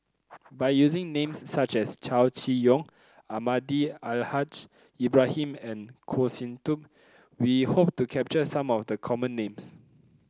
by using names such as Chow Chee Yong Almahdi Al Haj Ibrahim and Goh Sin Tub we hope to capture some of the common names